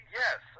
yes